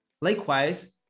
Likewise